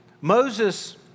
Moses